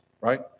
right